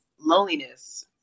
loneliness